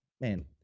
man